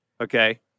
Okay